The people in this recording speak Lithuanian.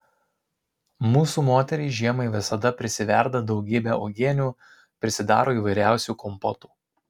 mūsų moterys žiemai visada prisiverda daugybę uogienių prisidaro įvairiausių kompotų